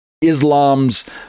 Islam's